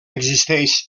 existeix